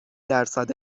درصد